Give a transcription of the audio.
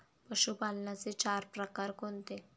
पशुपालनाचे चार प्रकार कोणते?